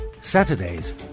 Saturdays